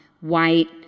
white